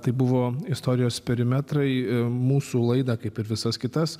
tai buvo istorijos perimetrai mūsų laidą kaip ir visas kitas